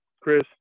Chris